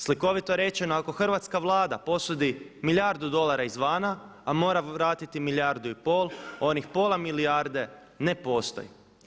Slikovito rečeno, ako hrvatska Vlada posudi milijardu dolara izvana, a mora vratiti milijardu i pol onih pola milijarde ne postoji.